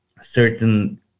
certain